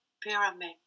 pyramid